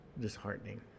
disheartening